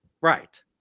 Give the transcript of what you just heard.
Right